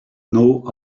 know